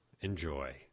enjoy